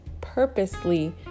purposely